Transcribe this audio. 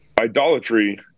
idolatry